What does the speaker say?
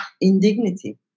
indignity